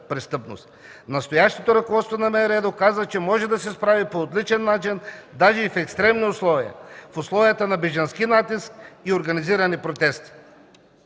Настоящото ръководство на МВР доказа, че може да се справи по отличен начин даже и в екстремни условия – в условията на бежански натиск и организирани протести.